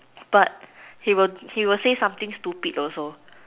but he will he will say something stupid also